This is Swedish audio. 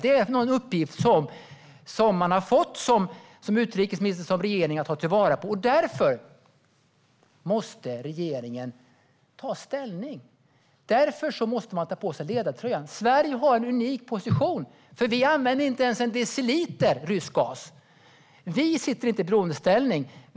Det är en uppgift man fått som utrikesminister och regering. Därför måste regeringen ta ställning och ta på sig ledartröjan. Sverige har en unik position, för vi använder inte en enda deciliter rysk gas. Vi är inte i beroendeställning.